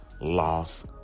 loss